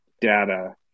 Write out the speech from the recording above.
data